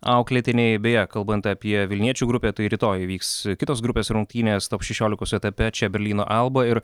auklėtiniai beje kalbant apie vilniečių grupę tai rytoj vyks kitos grupės rungtynės top šešiolikos etape čia berlyno alba ir